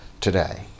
today